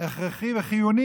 הכרחי וחיוני,